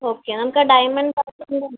okay നമുക്ക് ആ diamond പാറ്റേണില്